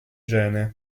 gene